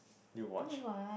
did you watch